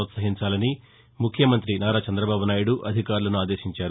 పోత్పహించాలని ముఖ్యమంతి నారా చందబాబునాయుడు అధికారులను ఆదేశించారు